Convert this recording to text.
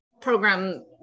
program